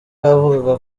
yavugaga